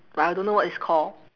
but I don't know what it's called